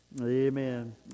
amen